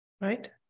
right